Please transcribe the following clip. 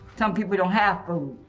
some people don't have food,